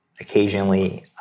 Occasionally